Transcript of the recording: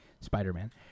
Spider-Man